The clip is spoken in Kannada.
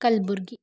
ಕಲಬುರಗಿ